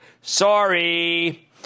Sorry